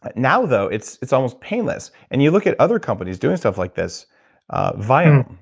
but now though, it's it's almost painless, and you look at other companies doing stuff like this viome,